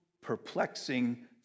perplexing